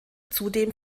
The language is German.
zudem